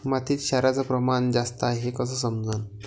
मातीत क्षाराचं प्रमान जास्त हाये हे कस समजन?